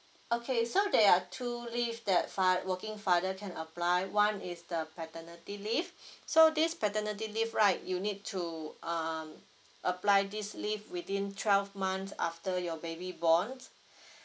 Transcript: okay so there are two leave that fa~ working father can apply one is the paternity leave so this paternity leave right you need to um apply this leave within twelve months after your baby born